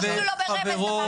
אפילו לא ב --- שרן,